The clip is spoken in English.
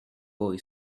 boy